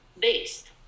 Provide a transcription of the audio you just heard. based